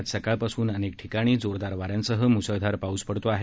आज सकाळपासून अनेक ठिकाणी जोरदार वाऱ्यांसह मुसळधार पाऊस पडतो आहे